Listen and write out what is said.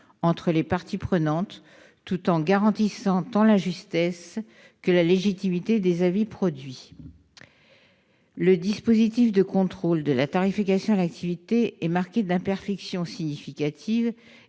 entre les parties prenantes, tout en garantissant tant la justesse que la légitimité des avis produits. Le dispositif de contrôle de la tarification à l'activité est marqué d'imperfections significatives